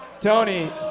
Tony